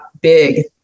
big